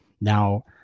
now